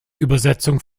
übersetzung